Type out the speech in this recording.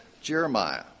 Jeremiah